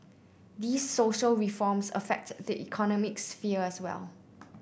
these social reforms affect the economic sphere as well